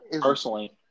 personally